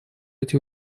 эти